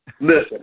Listen